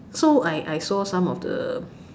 so I I saw some of the